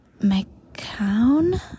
McCown